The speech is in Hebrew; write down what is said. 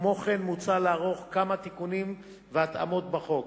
כמו כן, מוצע לערוך כמה תיקונים והתאמות בחוק.